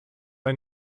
ein